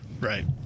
Right